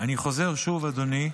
אני חוזר שוב, אדוני.